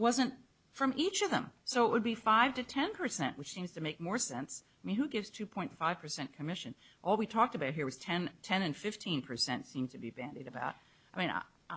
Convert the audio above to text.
wasn't from each of them so it would be five to ten percent which seems to make more sense to me who gives two point five percent commission all we talked about here was ten ten and fifteen percent seem to be bandied about i mean